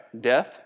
death